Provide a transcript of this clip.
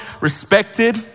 respected